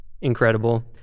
Incredible